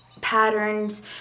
patterns